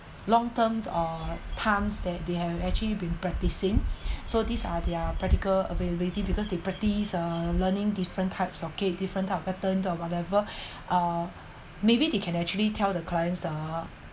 long terms or times that they have actually been practicing so these are their practical availability because they practice uh learning different types of cakes different type of pattern or whatever uh maybe they can actually tell the clients uh